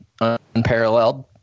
unparalleled